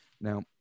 now